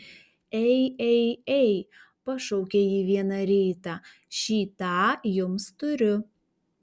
ei ei ei pašaukė ji vieną rytą šį tą jums turiu